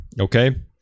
Okay